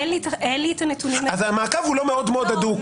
אין לי את הנתונים --- אז המעקב הוא לא מאוד הדוק.